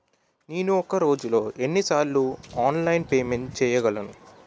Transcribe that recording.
నేను ఒక రోజులో ఎన్ని సార్లు ఆన్లైన్ పేమెంట్ చేయగలను?